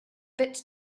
bit